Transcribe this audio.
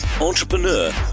entrepreneur